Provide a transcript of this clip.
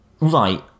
Right